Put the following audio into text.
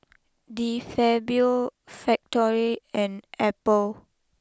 De Fabio Factory and Apple